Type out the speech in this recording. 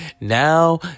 now